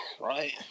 right